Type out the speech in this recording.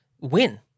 win